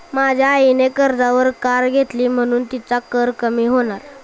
माझ्या आईने कर्जावर कार घेतली म्हणुन तिचा कर कमी होणार